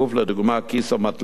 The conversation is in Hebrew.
לדוגמה: כיס או מתלה.